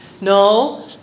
No